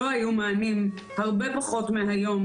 היו הרבה פחות מענים מהיום,